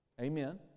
Amen